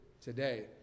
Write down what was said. today